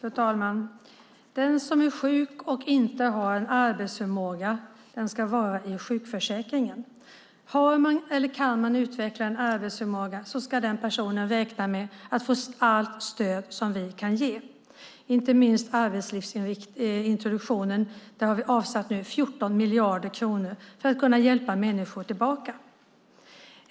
Fru talman! Den som är sjuk och inte har arbetsförmåga ska vara i sjukförsäkringen. Om man har eller kan utveckla en arbetsförmåga ska man räkna med att få allt stöd som vi kan ge, inte minst arbetslivsintroduktionen. Vi har avsatt 14 miljarder kronor för att hjälpa människor tillbaka.